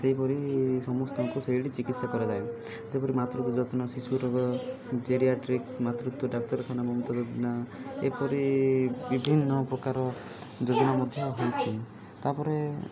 ସେହିପରି ସମସ୍ତଙ୍କୁ ସେଇଠି ଚିକିତ୍ସା କରାଯାଏ ଯେପରି ମାତୃ ଯତ୍ନ ଶିଶୁରୋଗ ମାତୃତ୍ୱ ଡାକ୍ତରଖାନା ଏପରି ବିଭିନ୍ନ ପ୍ରକାର ଯୋଜନା ମଧ୍ୟ ହେଉଛି ତା'ପରେ